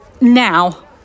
Now